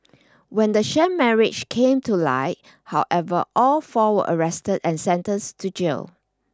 when the sham marriage came to light however all four were arrested and sentenced to jail